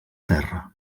terra